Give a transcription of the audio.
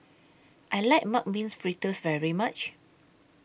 I like Mung Beans Fritters very much